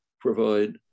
provide